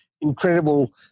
incredible